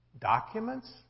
documents